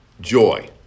Joy